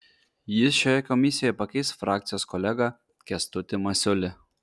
jis šioje komisijoje pakeis frakcijos kolegą kęstutį masiulį